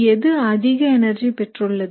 எது அதிக எனர்ஜி பெற்றுள்ளது